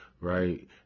right